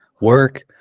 work